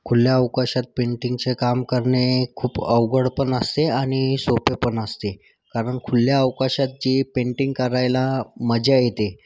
खुल्या अवकाशात पेन्टिंगचे काम करणे खूप अवघड पण असते आणि सोपे पण असते कारण खुल्या अवकाशात जी पेन्टिंग करायला मजा येते